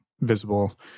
visible